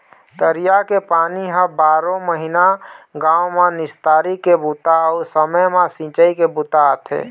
तरिया के पानी ह बारो महिना गाँव म निस्तारी के बूता अउ समे म सिंचई के बूता आथे